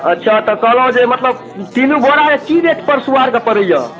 अच्छा तऽ कहलहुँ जे मतलब तीनू बोरा की रेट पशुआर कऽ पड़ैया